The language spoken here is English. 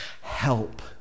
help